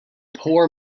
poor